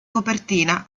copertina